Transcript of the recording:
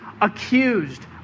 accused